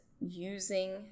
using